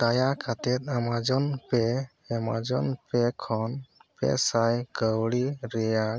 ᱫᱟᱭᱟ ᱠᱟᱛᱮ Amazon Pay Amazon Pay ᱠᱷᱚᱱ ᱯᱮ ᱥᱟᱭ ᱠᱟᱹᱣᱰᱤ ᱨᱮᱭᱟᱜ